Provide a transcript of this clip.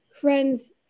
friends